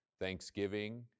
Thanksgiving